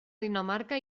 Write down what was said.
dinamarca